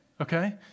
okay